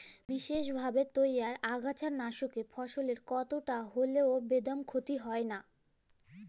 বিসেসভাবে তইয়ার আগাছানাসকলে ফসলের কতকটা হল্যেও বেদম ক্ষতি হয় নাই